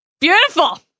Beautiful